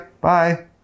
Bye